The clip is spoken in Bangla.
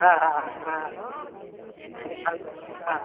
হ্যাঁ হ্যাঁ হ্যাঁ হ্যাঁ হ্যাঁ আমি থাকবো হ্যাঁ